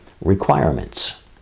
requirements